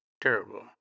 terrible